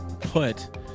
put